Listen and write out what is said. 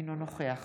אינו נוכח